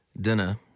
dinner